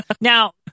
Now